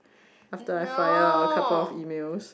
after I fire out a couple of emails